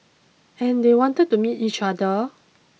and they wanted to meet each other